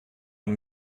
und